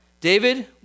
David